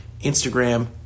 Instagram